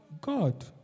God